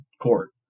court